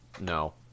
No